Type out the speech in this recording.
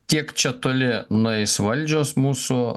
kiek čia toli nueis valdžios mūsų